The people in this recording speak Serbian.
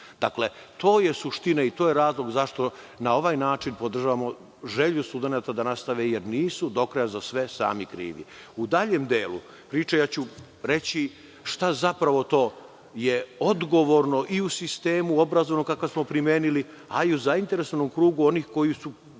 To je suština i to je razlog zašto na ovaj način podržavamo želju studenata da nastave, jer nisu do kraja za sve sami krivi.U daljem delu priče reći ću šta je zapravo odgovorno i u sistemu obrazovanja kakav smo primenili, a i u zainteresovanom krugu onih koji su